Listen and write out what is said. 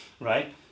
Right